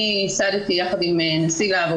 אני ייסדתי יחד עם נשיא להב,